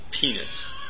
penis